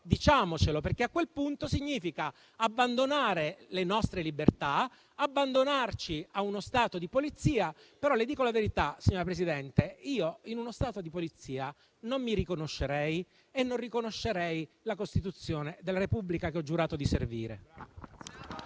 diciamocelo, perché a quel punto significa abbandonare le nostre libertà, abbandonarci a uno Stato di polizia, però le dico la verità, signora Presidente: io, in uno Stato di polizia, non mi riconoscerei e non riconoscerei la Costituzione della Repubblica che ho giurato di servire.